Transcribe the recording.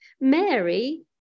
Mary